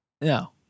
No